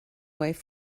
wave